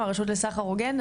מהרשות לסחר הוגן?